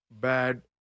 bad